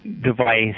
device